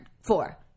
four